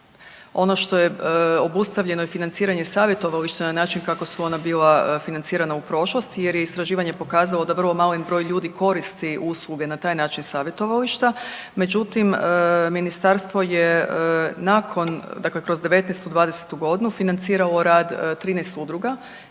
Ono što je obustavljeno, je financiranje savjetovališta na način kako su ona bila financirana u prošlosti jer je istraživanje pokazalo da vrlo mali broj koristi usluge na taj način savjetovališta, međutim, Ministarstvo je nakon, dakle kroz '19., '20. g. financiralo rad 13 udruga